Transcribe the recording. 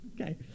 Okay